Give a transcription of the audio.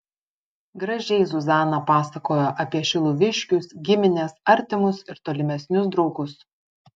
gražiai zuzana pasakojo apie šiluviškius gimines artimus ir tolimesnius draugus